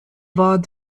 war